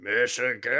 michigan